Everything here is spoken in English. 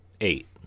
eight